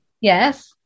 Yes